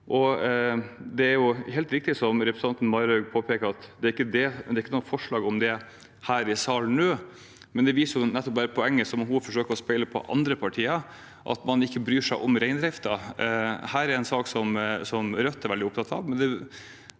helt riktig, som representanten Marhaug påpeker, at det ikke er noe forslag om det her i salen nå, men det viser nettopp poenget som hun forsøker å speile på andre partier: at man ikke bryr seg om reindriften. Dette er en sak som Rødt er veldig opptatt av,